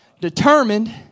determined